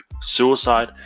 suicide